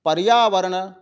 पर्यावरण